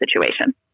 situation